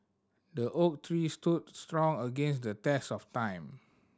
the oak tree stood strong against the test of time